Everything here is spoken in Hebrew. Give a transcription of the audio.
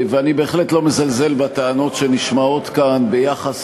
ואני בהחלט לא מזלזל בטענות שנשמעות כאן ביחס,